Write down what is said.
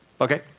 Okay